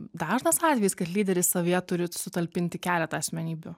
dažnas atvejis kad lyderis savyje turi sutalpinti keletą asmenybių